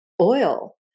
oil